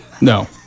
No